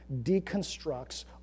deconstructs